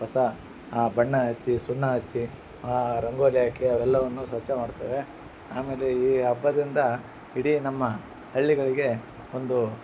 ಹೊಸ ಬಣ್ಣ ಹಚ್ಚಿ ಸುಣ್ಣ ಹಚ್ಚಿ ರಂಗೋಲಿ ಹಾಕಿ ಅವೆಲ್ಲವನ್ನು ಸ್ವಚ್ಛ ಮಾಡುತ್ತೇವೆ ಆಮೇಲೆ ಈ ಹಬ್ಬದಿಂದ ಇಡೀ ನಮ್ಮ ಹಳ್ಳಿಗಳಿಗೆ ಒಂದು